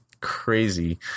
crazy